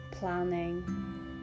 planning